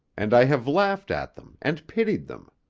and i have laughed at them and pitied them.